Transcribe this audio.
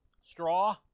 Straw